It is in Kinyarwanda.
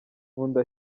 nkunda